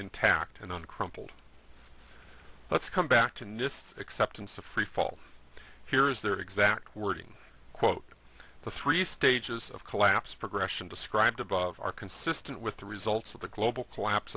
intact and uncrumpled let's come back to nist acceptance of freefall here is their exact wording quote the three stages of collapse progression described above are consistent with the results of the global collapse